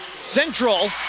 Central